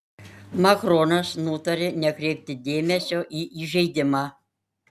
makronas nutarė nekreipti dėmesio į įžeidimą